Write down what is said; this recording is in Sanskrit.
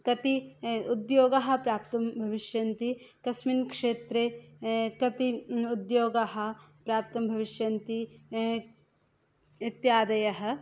कति उद्योगः प्राप्तुं भविष्यन्ति कस्मिन् क्षेत्रे कति उद्योगाः प्राप्तुं भविष्यन्ति इत्यादयः